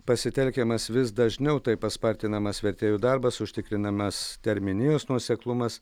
pasitelkiamas vis dažniau taip paspartinamas vertėjų darbas užtikrinamas terminijos nuoseklumas